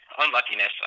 unluckiness